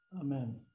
Amen